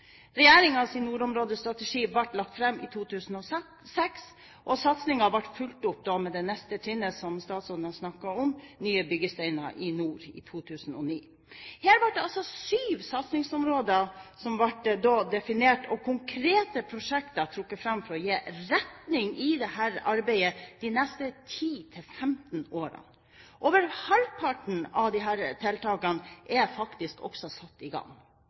nordområdestrategi ble lagt fram i 2006, og satsingen ble fulgt opp med det neste trinnet, som statsråden har snakket om, «Nye byggesteiner i nord», i 2009. Her ble sju satsingsområder definert, og konkrete prosjekter trukket fram for å gi retning i dette arbeidet i de neste 10–15 årene. Over halvparten av disse tiltakene er faktisk også satt i gang.